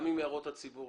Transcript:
גם עם הערות הציבור,